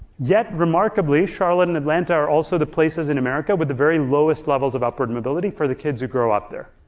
yet, remarkably, charlotte and atlanta are also the places in america with the very lowest levels of upward mobility for the kids who grew up there.